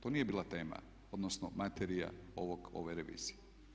To nije bila tema, odnosno materija ove revizije.